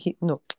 No